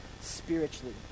spiritually